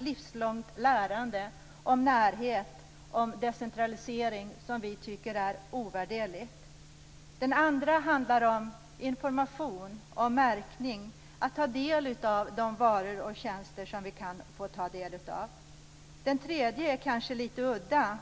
livslångt lärande, om närhet, om decentralisering - som vi tycker är ovärderligt. Den andra handlar om information och märkning, att ta del av de varor och tjänster som finns att ta del av. Den tredje är litet udda.